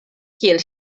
kiel